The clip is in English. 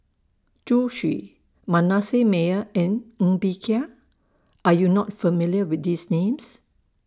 Zhu Xu Manasseh Meyer and Ng Bee Kia Are YOU not familiar with These Names